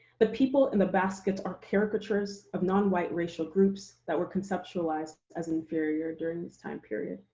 but people in the baskets are caricatures of non-white racial groups that were conceptualized as inferior during this time period.